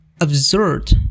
absurd